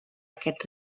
aquest